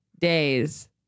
days